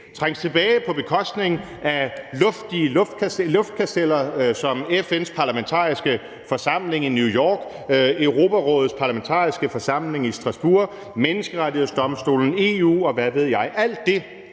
trænges tilbage på bekostning af luftkasteller som FN's parlamentariske forsamling i New York, Europarådets Parlamentariske Forsamling i Strasbourg, Menneskerettighedsdomstolen, EU, og hvad ved jeg. Alt det,